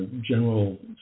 general